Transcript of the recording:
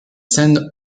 scènes